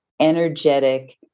energetic